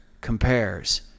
compares